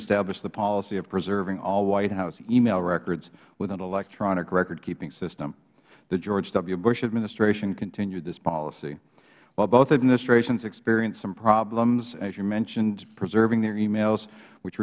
established the policy of preserving all white house email records with an electronic recordkeeping system the george w bush administration continued this policy while both administrations experienced some problems as you mentioned preserving their emails which